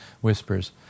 whispers